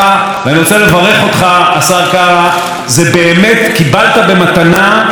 באמת קיבלת במתנה סוס שלא זוכר איפה האורווה שלו.